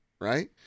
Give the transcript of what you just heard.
right